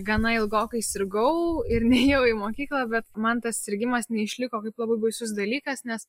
gana ilgokai sirgau ir nėjau į mokyklą bet man tas sirgimas neišliko kaip labai baisus dalykas nes